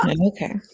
Okay